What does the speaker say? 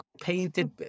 painted